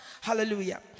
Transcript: hallelujah